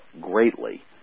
greatly